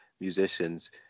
musicians